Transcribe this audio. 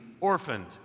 orphaned